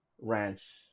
Ranch